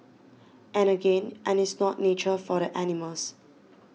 and again and it's not nature for the animals